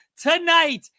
tonight